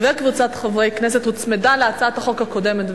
וקבוצת חברי הכנסת הוצמדה להצעת החוק הקודמת,